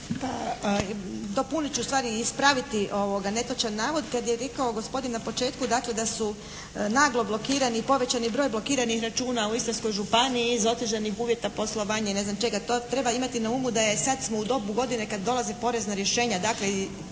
Dopunit ću, ustvari ispraviti netočan navod. Kad je rekao gospodin na početku dakle da su naglo blokirani i povećan je broj blokiranih računa u Istarskoj županiji i iz otežanih uvjeta poslovanja i ne znam čega. To treba imati na umu da je, sad smo u dobu godine kad dolaze porezna rješenja. Dakle